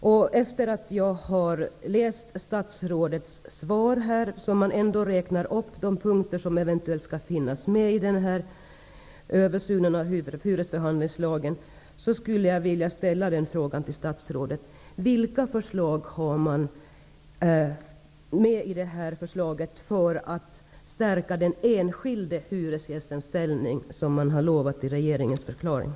Efter det att jag har läst statsrådets svar, där hon räknar upp de punkter som eventuellt skall finnas med i den här översynen av hyresförhandlingslagen, skulle jag vilja fråga statsrådet: Vilka förslag har man med i denna promemoria för att den enskilde hyresgästens ställning skall stärkas, som man har lovat i regeringsförklaringen?